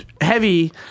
heavy